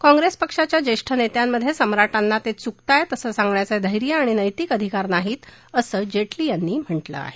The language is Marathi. काँग्रेस पक्षाच्या ज्येष्ठ नेत्यांमध्ये सम्राटांना ते चुकताहेत असं सांगण्याचं धैर्य आणि नैतिक अधिकार नाहीत असं जेटली यांनी म्हटलं आहे